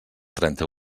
trenta